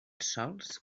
sols